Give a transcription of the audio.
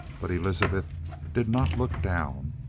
but elizabeth did not look down.